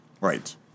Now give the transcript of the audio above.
Right